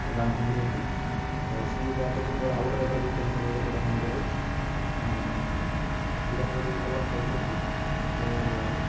ଭାଙ୍ଗିଛନ୍ତି ଆଉ ସିଏ ବି ଆଉ କେତେ ଦିନ ପରେ ଆଉ ଗୋଟେ ରେକର୍ଡ଼ ବି ଏତେ ଦିନର ରେକର୍ଡ଼ ଭାଙ୍ଗିଦେବେ ବିରାଟ କୋହଲି ବି ଭଲ ଖେଳୁଛନ୍ତି ଓ